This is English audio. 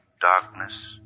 darkness